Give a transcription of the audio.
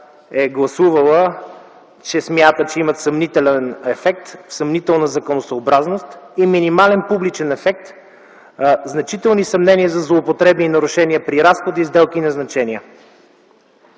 е гласувала, че смята, че имат съмнителен ефект, съмнителна законосъобразност и минимален публичен ефект, значителни съмнения за злоупотреби и нарушения при разходи, сделки и назначения.